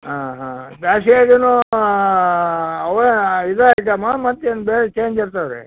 ಹಾಂ ಹಾಂ ಬೇಸ್ಗೆ ಅದೇನೂ ಅವೇ ಇದೇ ಐಟಮ್ ಮತ್ತೇನು ಬೇರೆ ಚೇಂಜಸ್ ಅದೇ